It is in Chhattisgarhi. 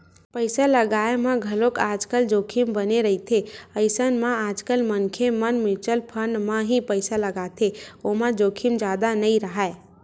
पइसा लगाय म घलोक आजकल जोखिम बने रहिथे अइसन म आजकल मनखे मन म्युचुअल फंड म ही पइसा लगाथे ओमा जोखिम जादा नइ राहय